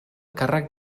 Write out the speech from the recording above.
càrrec